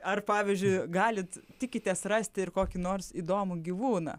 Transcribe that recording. ar pavyzdžiui galit tikitės rasti ir kokį nors įdomų gyvūną